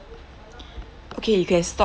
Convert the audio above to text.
okay you can stop